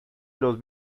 los